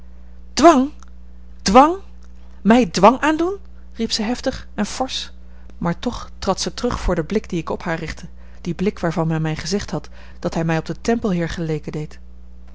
dwang dwang mij dwang aandoen riep ze heftig en forsch maar toch trad zij terug voor den blik dien ik op haar richtte die blik waarvan men mij gezegd had dat hij mij op den tempelheer gelijken deed